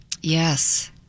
Yes